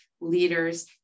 leaders